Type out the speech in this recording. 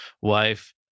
wife